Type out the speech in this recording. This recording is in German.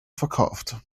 verkauft